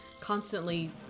constantly